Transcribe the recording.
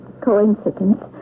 Coincidence